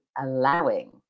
allowing